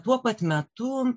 tuo pat metu